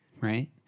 Right